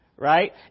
Right